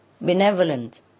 benevolent